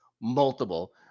multiple